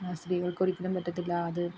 സ്ത്രീകൾക്കൊരിക്കലും പറ്റത്തില്ല അത്